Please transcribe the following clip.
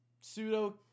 pseudo